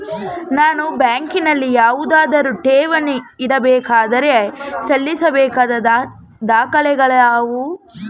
ನಾನು ಬ್ಯಾಂಕಿನಲ್ಲಿ ಯಾವುದಾದರು ಠೇವಣಿ ಇಡಬೇಕಾದರೆ ಸಲ್ಲಿಸಬೇಕಾದ ದಾಖಲೆಗಳಾವವು?